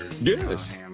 Yes